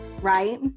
right